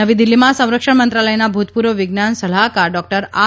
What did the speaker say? નવી દીલ્હીમાં સંરક્ષણ મંત્રાલયના ભૂતપૂર્વ વિજ્ઞાન સલાહકાર ડોકટર આર